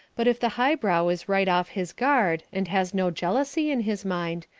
but if the highbrow is right off his guard and has no jealousy in his mind,